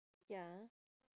ya